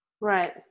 Right